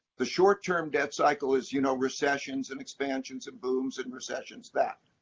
the short-term debt cycle is, you know, recessions and expansions and booms and recessions that.